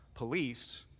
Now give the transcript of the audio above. police